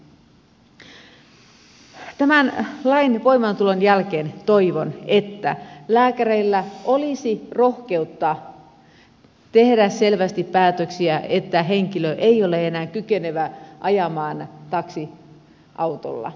toivon että tämän lain voimaantulon jälkeen lääkäreillä olisi rohkeutta tehdä selvästi päätöksiä että henkilö ei ole enää kykenevä ajamaan taksiautolla